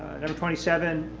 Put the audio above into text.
um twenty seven,